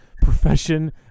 profession